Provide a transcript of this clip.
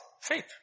faith